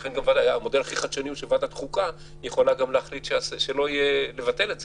לכן גם המודל הכי חדשני שוועדת החוקה יכולה גם להחליט לבטל את זה.